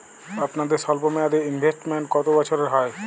আপনাদের স্বল্পমেয়াদে ইনভেস্টমেন্ট কতো বছরের হয়?